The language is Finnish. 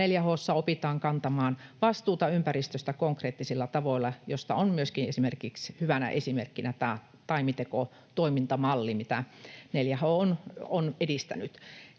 opitaan kantamaan vastuuta ympäristöstä konkreettisilla tavoilla, joista on myöskin esimerkiksi hyvänä esimerkkinä tämä Taimiteko-toimintamalli, mitä 4H on edistänyt.